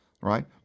right